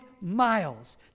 miles